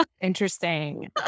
Interesting